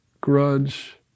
grudge